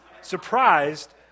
Surprised